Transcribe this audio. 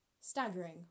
staggering